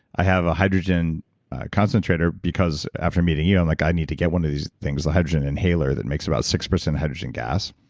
i have a hydrogen concentrator, because after meeting you i'm like, i need to get one these things, a hydrogen inhaler that makes about six hydrogen gas.